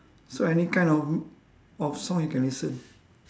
so any kind of of song you can listen